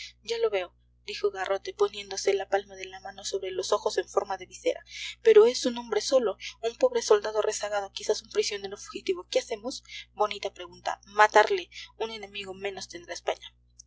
ya lo veo dijo garrote poniéndose la palma de la mano sobre los ojos en forma de visera pero es un hombre solo un pobre soldado rezagado quizás un prisionero fugitivo qué hacemos bonita pregunta matarle un enemigo menos tendrá españa